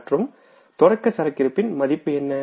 மற்றும் தொடக்க சரக்கிருப்பின் மதிப்பு என்ன